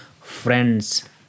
friends